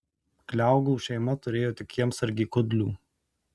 kliaugų šeima turėjo tik kiemsargį kudlių